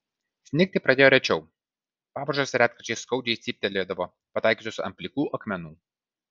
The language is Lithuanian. snigti pradėjo rečiau pavažos retkarčiais skaudžiai cyptelėdavo pataikiusios ant plikų akmenų